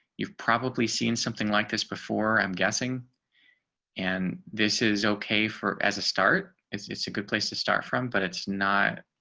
you've probably seen something like this before. i'm guessing and this is ok for as a start. it's it's a good place to start from. but it's not